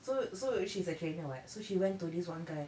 so so she's a trainer [what] so she went to this one guy